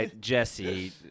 Jesse